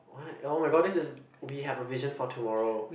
what [oh]-my-god this is we have a vision for tomorrow